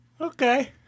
Okay